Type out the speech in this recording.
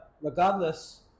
regardless